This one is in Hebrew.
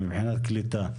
מבחינת קליטה.